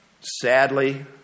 Sadly